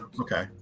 Okay